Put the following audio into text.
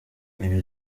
ibi